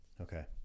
Okay